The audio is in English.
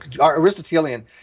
Aristotelian